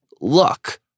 luck